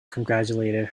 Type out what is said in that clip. congratulated